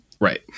Right